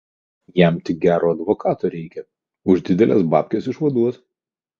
jam tik gero advokato reikia už dideles babkes išvaduos